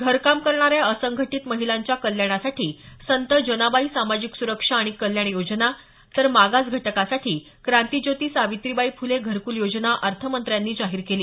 घरकाम करणाऱ्या असंघटीत महिलांच्या कल्याणासाठी संत जनाबाई सामाजिक सुरक्षा आणि कल्याण योजना तर मागास घटकासाठी क्रांतिज्योती सावित्रीबाई फुले घरक्ल योजना अर्थमंत्र्यांनी जाहीर केली